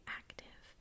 active